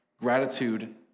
gratitude